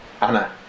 Anna